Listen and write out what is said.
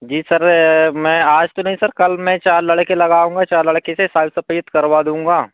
जी sir मैं आज तो नहीं सर कल मैं चार लड़के लगाऊँगा चार लड़के से सारी सफ़ेद करवा दूँगा